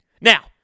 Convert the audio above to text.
Now